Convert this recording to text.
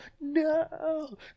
No